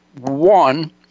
one